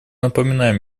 напоминаем